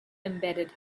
embedded